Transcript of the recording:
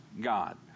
God